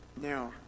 Now